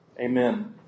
Amen